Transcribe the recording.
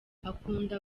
akunda